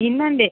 ಇನ್ನೊಂದೇ